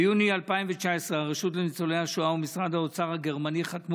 ביוני 2019 הרשות לניצולי השואה ומשרד האוצר הגרמני חתמו